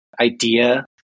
idea